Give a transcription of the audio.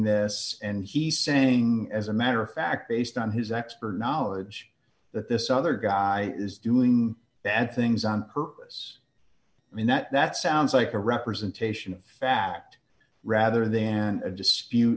this and he's saying as a matter of fact based on his expert knowledge that this other guy is doing bad things on purpose i mean that sounds like a representation of fact rather then a dispute